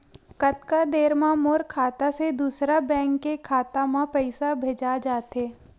कतका देर मा मोर खाता से दूसरा बैंक के खाता मा पईसा भेजा जाथे?